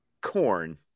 Corn